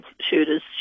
shooters